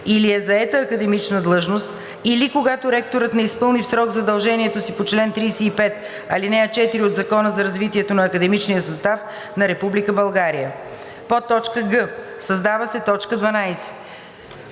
или е заета академична длъжност, или когато ректорът не изпълни в срок задължението си по чл. 35, ал. 4 от Закона за развитието на академичния състав в Република България;“ г) създава се т. 12: